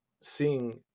seeing